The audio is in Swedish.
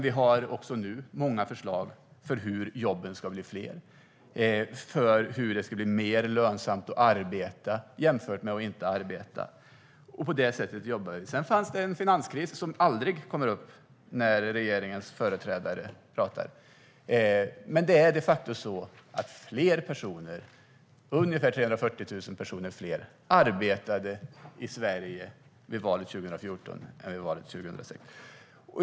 Vi har många förslag om hur jobben ska bli fler och hur det ska bli mer lönsamt att arbeta jämfört med att inte göra det. På det sättet jobbar vi. Sedan fanns det en finanskris som aldrig kommer upp när regeringens företrädare pratar. Men det är de facto så att fler personer, ungefär 340 000 personer fler, arbetade i Sverige vid valet 2014 än vid valet 2006.